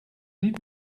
niet